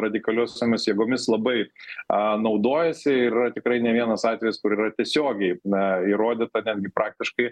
radikaliosiomis jėgomis labai naudojasi ir yra tikrai ne vienas atvejis kur yra tiesiogiai na įrodyta netgi praktiškai